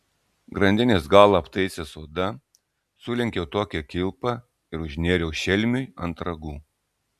grandinės galą aptaisęs oda sulenkiau tokią kilpą ir užnėriau šelmiui ant ragų